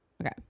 Okay